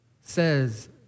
says